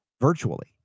virtually